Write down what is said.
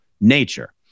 nature